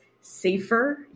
safer